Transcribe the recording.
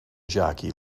jockey